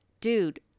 dude